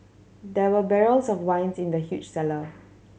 there were barrels of wines in the huge cellar